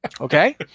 Okay